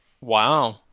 Wow